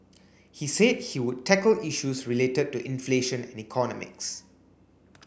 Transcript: he said he would tackle issues related to inflation and economics